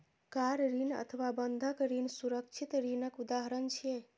car ऋण अथवा बंधक ऋण सुरक्षित ऋणक उदाहरण छियै